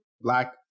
Black